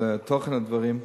על תוכן הדברים,